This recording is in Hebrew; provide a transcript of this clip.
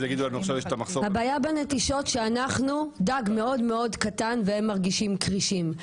הבעיה בנטישות שאנחנו דג מאוד קטן והם מרגישים כרישים.